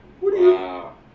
Wow